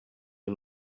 die